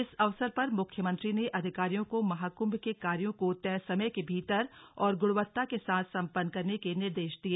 इस अवसर पर मुख्यमंत्री ने अधिकारियों को महाकुंभ के कार्यों को तय समय के भीतर और गुणवत्ता के साथ संपन्न करने के निर्देश दिए